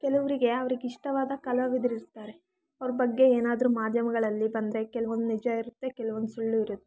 ಕೆಲವರಿಗೆ ಅವ್ರಿಗೆ ಇಷ್ಟವಾದ ಕಲಾವಿದರು ಇರ್ತಾರೆ ಅವರು ಬಗ್ಗೆ ಏನಾದ್ರೂ ಮಾಧ್ಯಮಗಳಲ್ಲಿ ಬಂದರೆ ಕೆಲವೊಂದು ನಿಜ ಇರುತ್ತೆ ಕೆಲವೊಂದು ಸುಳ್ಳು ಇರುತ್ತೆ